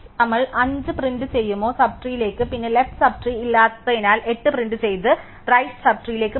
നമ്മൾ 5 tree print ചെയ്യുമോ sub ട്രീലേക്ക് പിന്നെ ലെഫ്റ് സബ് ട്രീ ഇല്ലാത്തതിനാൽ 8 പ്രിന്റ് ചെയ്ത് റൈറ്റ് സബ് ട്രീലേക്ക് പോകും